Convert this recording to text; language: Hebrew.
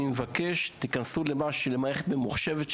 אני מבקש שתיכנסו למערכת ממוחשבת,